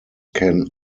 can